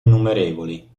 innumerevoli